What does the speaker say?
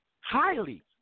highly